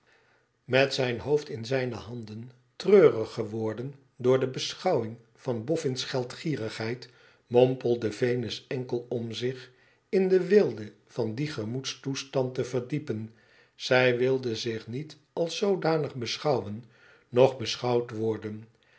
met zijn hoofd in zijne handen treurig geworden door de beschouwing van boffin's geldgierigheid mompelde venus enkel om zich in de weelde van dien gemoedstoestand te verdiepen izij wilde zich niet als zoodanig beschouwen noch beschouwd worden